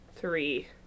three